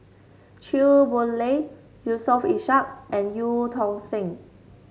Chew Boon Lay Yusof Ishak and Eu Tong Sen